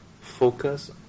focus